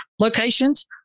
locations